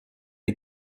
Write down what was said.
des